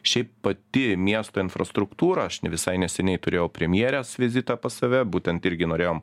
šiaip pati miesto infrastruktūra aš ne visai neseniai turėjau premjerės vizitą pas save būtent irgi norėjom